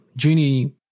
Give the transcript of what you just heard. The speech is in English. Junie